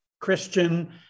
christian